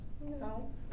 No